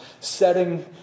setting